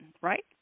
right